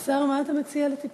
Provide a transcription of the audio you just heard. השר, מה אתה מציע לטיפול?